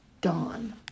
dawn